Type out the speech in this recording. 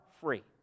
free